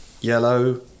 yellow